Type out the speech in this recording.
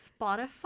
Spotify